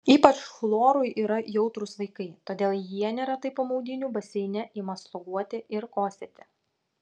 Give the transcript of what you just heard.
ypač chlorui yra jautrūs vaikai todėl jie neretai po maudynių baseine ima sloguoti ir kosėti